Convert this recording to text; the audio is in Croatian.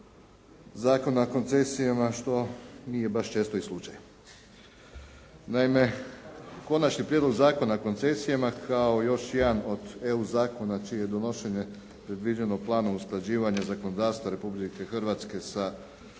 Zakona o koncesijama što nije baš često i slučaj. Naime, konačni prijedlog Zakona o koncesijama kao još jedan od EU zakona čije je donošenje predviđeno planom usklađivanja zakonodavstva Republike Hrvatske sa